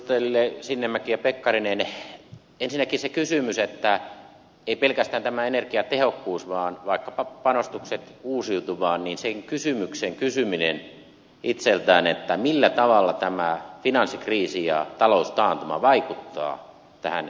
edustajille sinnemäki ja pekkarinen ensinnäkin jos ajatellaan ei pelkästään tätä energiatehokkuutta vaan vaikkapa panostuksia uusiutuvaan ja sen kysymyksen kysymistä itseltään millä tavalla tämä finanssikriisi ja taloustaantuma vaikuttaa tähän eurooppalaiseen energiapakettiin